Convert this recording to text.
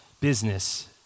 business